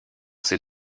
ces